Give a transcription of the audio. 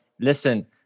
listen